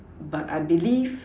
but I believe